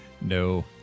No